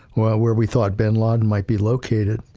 where where we thought bin laden might be located.